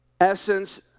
essence